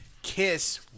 Kiss